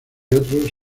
otros